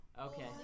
okay